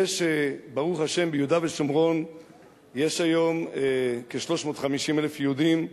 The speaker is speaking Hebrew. זה שברוך השם ביהודה ושומרון יש היום כ-350,000 יהודים,